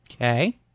okay